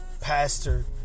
pastor